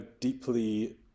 deeply